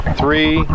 three